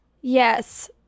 Yes